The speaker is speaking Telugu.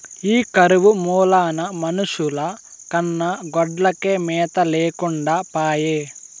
ఈ కరువు మూలాన మనుషుల కన్నా గొడ్లకే మేత లేకుండా పాయె